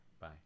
bye